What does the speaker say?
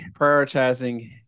prioritizing